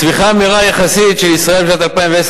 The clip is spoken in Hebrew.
הצמיחה המהירה יחסית של ישראל בשנת 2010